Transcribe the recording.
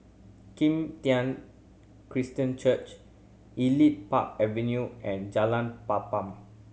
Kim Tian Christian Church Elite Park Avenue and Jalan Papan